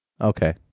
Okay